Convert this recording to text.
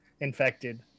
infected